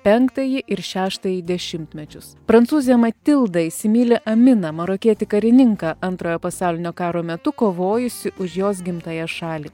penktąjį ir šeštąjį dešimtmečius prancūzė matilda įsimyli aminą marokietį karininką antrojo pasaulinio karo metu kovojusį už jos gimtąją šalį